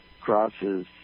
crosses